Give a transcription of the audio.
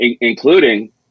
including